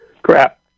Crap